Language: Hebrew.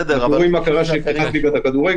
אתם רואים מה קרה כשנפתחה ליגת הכדורגל,